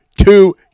two